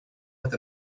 with